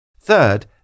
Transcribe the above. Third